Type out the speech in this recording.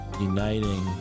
uniting